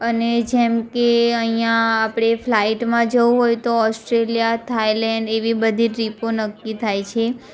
અને જેમકે અહીંયા આપણે ફ્લાઇટમાં જવું હોય તો ઓસ્ટ્રેલિયા થાઈલેન્ડ એવી બધી ટ્રીપો નક્કી થાય છે